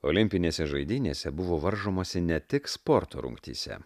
olimpinėse žaidynėse buvo varžomasi ne tik sporto rungtyse